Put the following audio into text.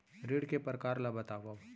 ऋण के परकार ल बतावव?